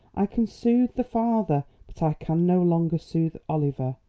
i can soothe the father, but i can no longer soothe oliver.